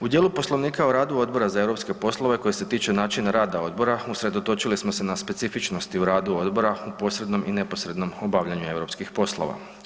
U djelu Poslovnika o radu Odbora za europske poslove koji se tiče načina rada odbora, usredotočili smo se na specifičnosti u radu odbora u posrednom i neposrednom obavljanju europskih poslova.